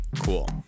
Cool